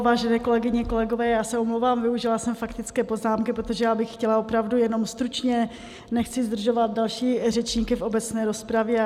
Vážené kolegyně, kolegové, já se omlouvám, využila jsem faktické poznámky, protože já bych chtěla opravdu jenom stručně, nechci zdržovat další řečníky v obecné rozpravě.